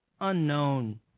unknown